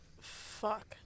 fuck